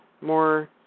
more